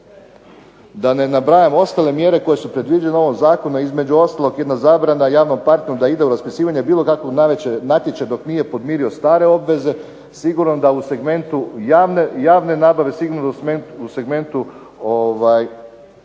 Da ne nabrajam ostale mjere koje su predviđene u ovom zakonu, a između ostalog jedna zabrana javnom partneru da ide u raspisivanje bilo kakvog natječaja dok nije podmirio stare obveze, sigurno da u segmentu javne nabave, sigurno da u segmentu javnih